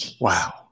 Wow